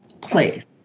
place